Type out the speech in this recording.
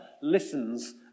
listens